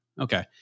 Okay